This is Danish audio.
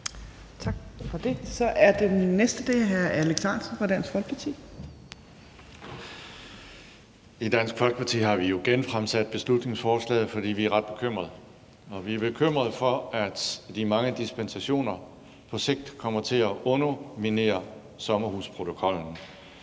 I Dansk Folkeparti har vi jo genfremsat beslutningsforslaget, fordi vi er ret bekymrede. Vi er bekymrede for, at de mange dispensationer på sigt kommer til at underminere sommerhusprotokollen.